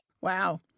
Wow